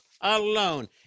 alone